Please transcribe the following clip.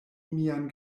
mian